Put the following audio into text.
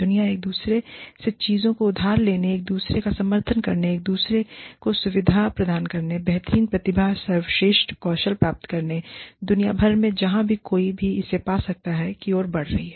दुनिया एक दूसरे से चीजों को उधार लेने एक दूसरे का समर्थन करने एक दूसरे को सुविधा प्रदान करने बेहतरीन प्रतिभा सर्वश्रेष्ठ कौशल प्राप्त करने दुनिया भर में जहां भी कोई भी इसे पा सकता है की ओर बढ़ रही है